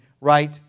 right